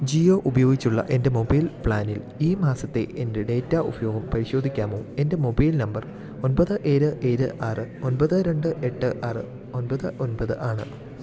ജിയോ ഉപയോഗിച്ചുള്ള എൻ്റെ മൊബൈൽ പ്ലാനിൽ ഈ മാസത്തെ എൻ്റെ ഡാറ്റ ഉപയോഗം പരിശോധിക്കാമോ എൻ്റെ മൊബൈൽ നമ്പർ ഒമ്പത് ഏഴ് ഏഴ് ആറ് ഒമ്പത് രണ്ട് എട്ട് ആറ് ഒമ്പത് ഒമ്പത് ആണ്